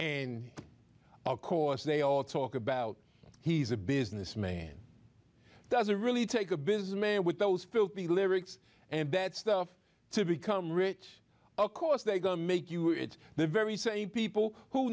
and of course they all talk about he's a businessman it doesn't really take a businessman with those filthy lyrics and bad stuff to become rich of course they've got to make you it's the very same people who